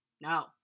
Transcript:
No